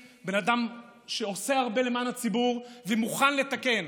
בן אדם שעושה הרבה למען הציבור ומוכן לתקן.